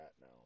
now